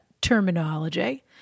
terminology